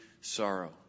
sorrow